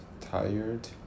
tired